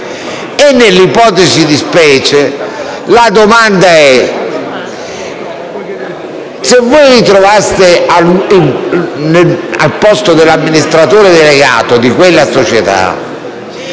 Nell'ipotesi di specie, la domanda è la seguente: se voi vi trovaste al posto dell'amministratore delegato di quella società,